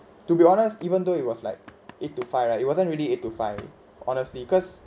to be honest even though it was like eight to five right it wasn't really eight to five honestly cause